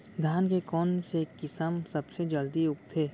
धान के कोन से किसम सबसे जलदी उगथे?